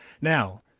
Now